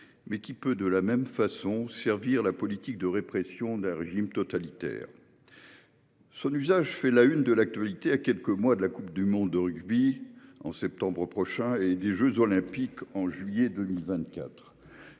mais également servir la politique de répression d'un régime totalitaire. Son usage fait la une de l'actualité à quelques mois de la Coupe du monde de rugby en septembre prochain et des jeux Olympiques et Paralympiques